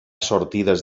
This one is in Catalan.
sortides